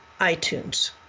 iTunes